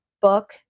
book